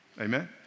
Amen